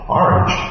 orange